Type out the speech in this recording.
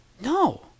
No